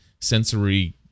sensory